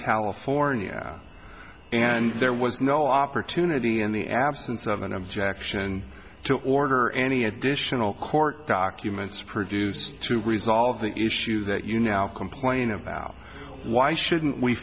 california and there was no opportunity in the absence of an objection to order any additional court guy acumen produced to resolve the issue that you now complain about why shouldn't we